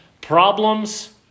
problems